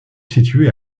situé